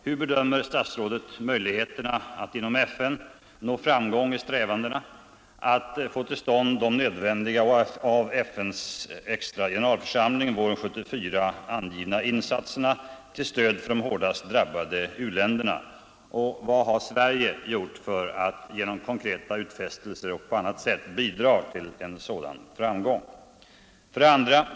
Hur bedömer statsrådet möjligheterna att inom FN nå framgång i strä och vad har Sverige gjort för att genom konkreta utfästelser och på annat sätt bidra till en sådan framgång? 2.